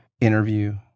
interview